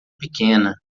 pequena